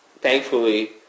thankfully